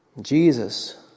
Jesus